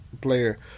player